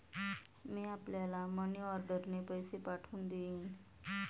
मी आपल्याला मनीऑर्डरने पैसे पाठवून देईन